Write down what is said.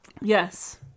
Yes